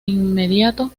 inmediato